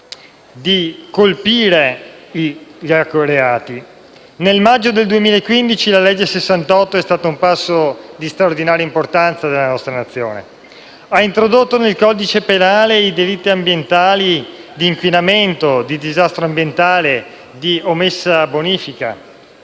di colpire gli ecoreati. Nel maggio del 2015 la legge n. 68 è stata un passo di straordinaria importanza per la nostra Nazione, perché ha introdotto nel codice penale i delitti ambientali di inquinamento, di disastro ambientale, di omessa bonifica.